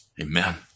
Amen